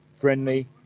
friendly